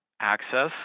access